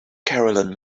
carolyn